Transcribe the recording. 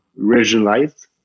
regionalized